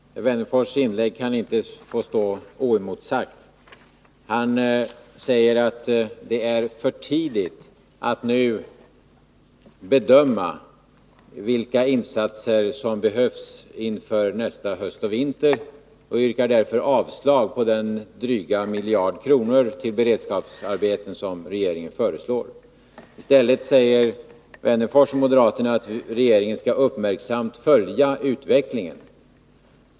Herr talman! Alf Wennerfors inlägg kan inte få stå oemotsagt. Han säger att det är för tidigt att nu bedöma vilka insatser som behövs inför nästa höst och vinter och yrkar därför avslag på regeringens förslag om drygt en miljard kronor ytterligare till beredskapsarbeten. I stället säger Alf Wennerfors och moderaterna att regeringen uppmärksamt skall följa utvecklingen.